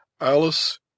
Alice